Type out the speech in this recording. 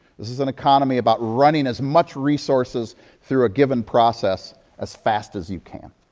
this is an economy about running as much resources through a given process as fast as you can.